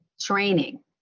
training